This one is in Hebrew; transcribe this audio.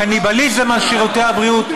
קניבליזם על שירותי הבריאות,